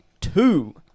two